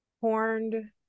Horned